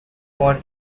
for